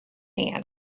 hand